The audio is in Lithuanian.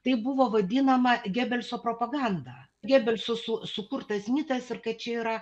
tai buvo vadinama gebelso propaganda gebelso su sukurtas mitas ir kad čia yra